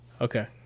Okay